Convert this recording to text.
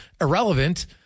irrelevant